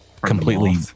completely